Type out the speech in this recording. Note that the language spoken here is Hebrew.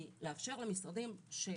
היא לאפשר למשרדים שההשלכה,